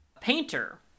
Painter